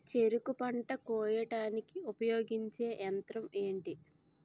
చెరుకు పంట కోయడానికి ఉపయోగించే యంత్రం ఎంటి?